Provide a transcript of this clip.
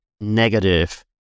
negative